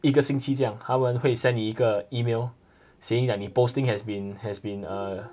一个星期这样他们会 send 你一个 email saying that 你 posting has been has been err